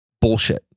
bullshit